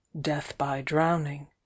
death-by-drowning